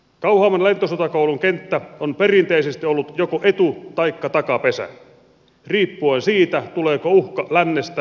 kauhavan lentosotakoulun kenttä on perinteisesti ollut joko etu taikka takapesä riippuen siitä tuleeko uhka lännestä vaiko idästä